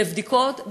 לבדיקות,